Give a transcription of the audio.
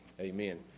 Amen